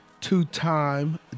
Two-time